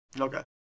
Okay